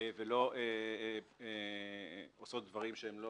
ואל עושות דברים לא